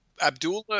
Abdullah